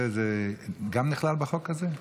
זה גם נכלל בחוק הזה?